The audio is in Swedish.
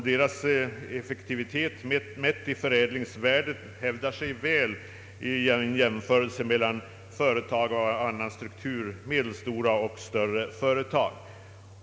Deras effektivitet, mätt i förädlingsvärde, hävdar sig väl vid jämförelse med företag av annan struktur — medelstora och större företag.